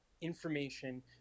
information